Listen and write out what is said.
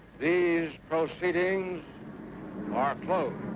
these proceedings are closed.